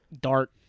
dark